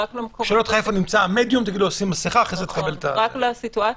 רק למצבים שיש לו באמת שליטה.